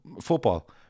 Football